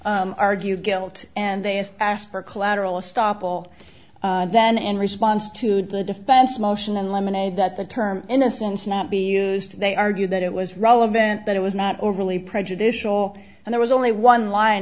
argue guilt and they had asked for collateral estoppel then in response to the defense motion in lemonade that the term innocence not be used they argued that it was relevant but it was not overly prejudicial and there was only one line